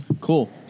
cool